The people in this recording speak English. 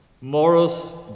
Morris